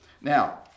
Now